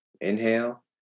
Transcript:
Inhale